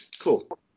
Cool